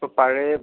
ഇപ്പോൾ പഴയ